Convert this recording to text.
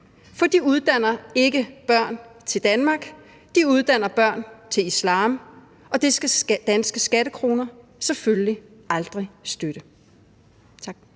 For de uddanner ikke børn til Danmark, de uddanner børn til islam, og det skal danske skattekroner selvfølgelig aldrig støtte. Tak.